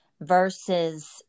versus